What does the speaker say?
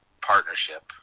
partnership